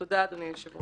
תודה, אדוני היושב-ראש.